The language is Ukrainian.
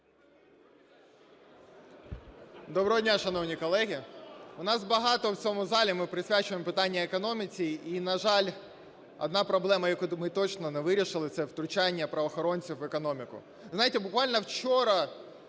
Доброго дня, шановні колеги! У нас багато в цьому залі ми присвячуємо питанням економіки, і, на жаль, одна проблема, яку ми точно не вирішили, це втручання правоохоронців в економіку. Ви знаєте, буквально, вчора